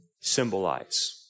symbolize